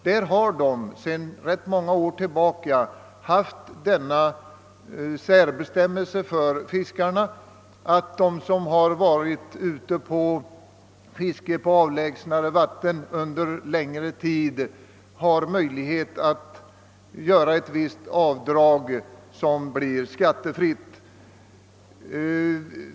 Där har man i ganska många år haft den särbestämmelsen för fiskarna att de som under en viss tid varit ute på fiske på avlägsna vatten har möjlighet att göra avdrag med ett visst belopp, som blir skattefritt.